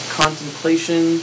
contemplation